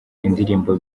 indirimbo